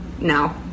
no